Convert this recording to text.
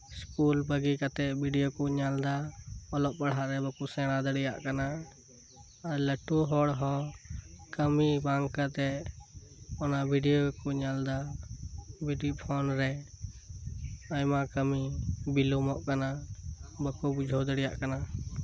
school ᱵᱟᱹᱜᱤ ᱠᱟᱛᱮᱫ video ᱠᱚ ᱧᱮᱞ ᱮᱫᱟ ᱚᱞᱚᱜ ᱯᱟᱲᱦᱟᱜ ᱵᱟᱠᱚ ᱥᱮᱲᱟ ᱫᱟᱲᱮᱭᱟᱜ ᱠᱟᱱᱟ ᱟᱨ ᱞᱟᱹᱴᱩ ᱦᱚᱲ ᱦᱚᱸ ᱠᱟᱹᱢᱤ ᱵᱟᱝ ᱠᱟᱛᱮᱫ ᱚᱱᱟ ᱵᱷᱤᱰᱭᱳ ᱜᱮᱠᱚ ᱧᱮᱞ ᱮᱫᱟ ᱢᱤᱫᱴᱮᱱ ᱯᱷᱳᱱ ᱨᱮ ᱟᱭᱢᱟ ᱠᱟᱹᱢᱤ ᱵᱤᱞᱚᱢᱚᱜ ᱠᱟᱱᱟ ᱵᱟᱠᱚ ᱵᱩᱡᱷᱟᱹᱣ ᱫᱟᱲᱮᱭᱟᱜ ᱠᱟᱱᱟ